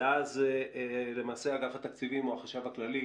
ואז למעשה אגף תקציבים או החשב הכללי